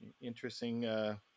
interesting